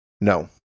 no